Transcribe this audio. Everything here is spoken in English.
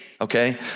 okay